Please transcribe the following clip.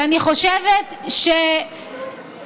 ואני חושבת שהכנסת,